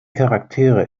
charaktere